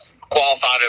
qualified